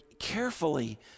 carefully